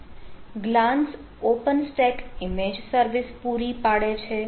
Glance OpenStack image service પૂરી પાડે છે